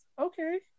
Okay